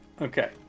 okay